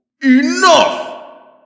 Enough